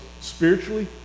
spiritually